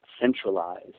centralized